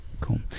Cool